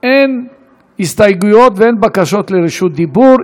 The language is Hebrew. אין הסתייגויות ואין בקשות לרשות דיבור.